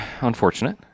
unfortunate